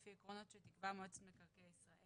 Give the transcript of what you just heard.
לפי עקרונות שתקבע מועצת מקרקעי ישראל.